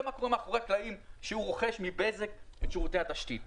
מה קורה מאחורי הקלעים שהוא רוכש מבזק את שירותי התשתית.